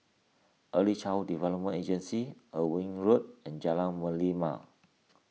Early Child Development Agency Irving Road and Jalan Merlimau